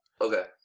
Okay